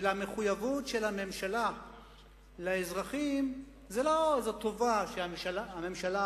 והמחויבות של הממשלה לאזרחים זו לא איזו טובה שהממשלה